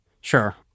Sure